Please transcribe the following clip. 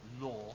law